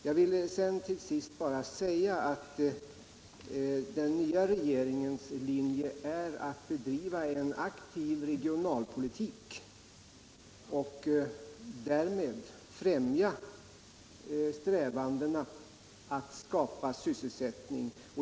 Jag vill till sist bara säga att den nya regeringens linje är att bedriva en aktiv regionalpolitik och därmed främja strävandena att skapa sysselsättning.